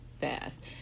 fast